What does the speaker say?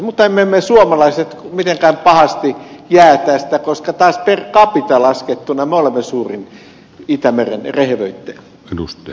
mutta emme me suomalaiset mitenkään pahasti jää tästä koska taas per capita laskettuna me olemme suurin itämeren rehevöittäjä